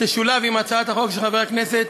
תשולב עם הצעת החוק של חבר הכנסת